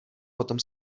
potom